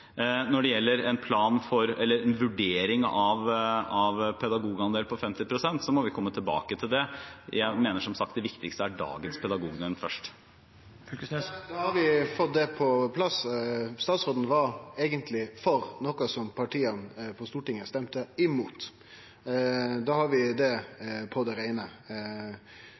Når det gjelder en vurdering av pedagogandel på 50 pst., må vi komme tilbake til det. Jeg mener, som sagt, det viktigste er dagens pedagog … Knag Fylkesnes, vær så god. Da har vi fått det på plass. Statsråden var eigentleg for noko som partia på Stortinget stemde imot. Da har vi det